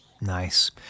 Nice